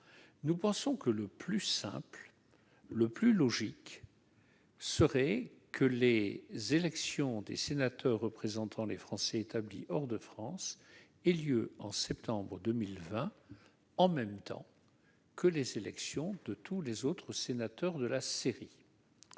À nos yeux, le plus simple et le plus logique serait que l'élection des six sénateurs représentant les Français établis hors de France ait lieu au mois de septembre 2020, en même temps que celle de tous les autres sénateurs de la série